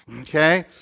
Okay